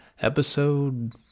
episode